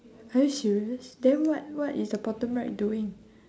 are you serious then what what is the bottom right doing